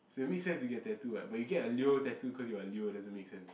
so it makes sense to get tattoo what but you get a leo tattoo cause you're a leo doesn't make a sense